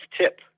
tip